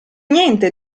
niente